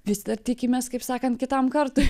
vis dar tikimės kaip sakant kitam kartui